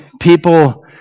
people